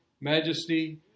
majesty